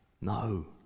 No